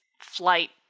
flight